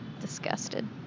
disgusted